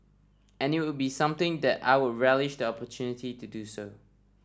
and it would be something that I would relish the opportunity to do so